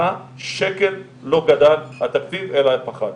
כתמיכה שקל לא גדל התקציב אלא פחת.